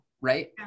Right